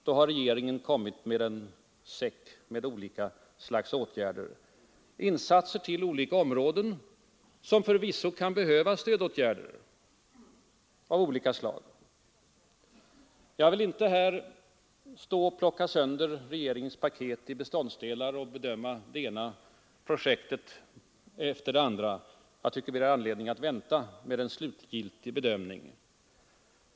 Då har regeringen kommit med en säck med olika slags åtgärder, insatser på olika områden som förvisso kan behöva stödåtgärder. Jag vill inte här stå och plocka sönder regeringens paket i dess beståndsdelar och bedöma det ena projektet efter det andra; jag tycker att vi har anledning att vänta med en slutgiltig bedömning.